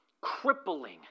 crippling